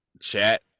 chat